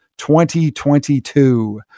2022